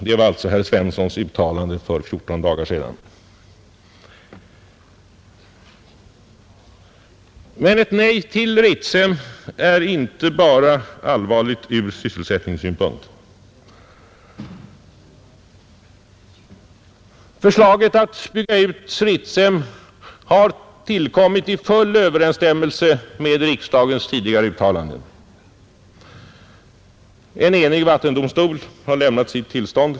Det var alltså herr Svenssons uttalande för 14 dagar sedan. Men ett nej till Ritsem är inte bara allvarligt ur sysselsättningssynpunkt. Förslaget att bygga ut Ritsem har tillkommit i full överensstämmelse med riksdagens tidigare uttalanden. En enig vattendomstol har lämnat sitt tillstånd.